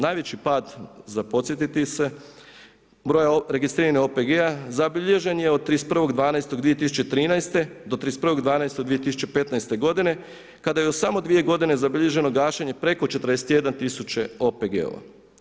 Najveći pad za podsjetiti se broja registriranih OPG-a zabilježen je od 31.12.2013. do 31.12.2015. godine kada je u samo 2 godine zabilježeno gašenje preko 41 000 OPG-ova.